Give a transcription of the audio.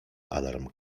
alarm